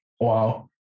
Wow